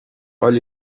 bhfuil